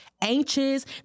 anxious